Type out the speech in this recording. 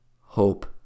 hope